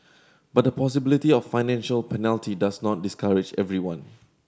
but the possibility of financial penalty does not discourage everyone